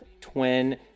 twin